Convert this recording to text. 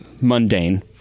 mundane